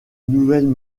nouvelles